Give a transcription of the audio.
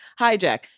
hijack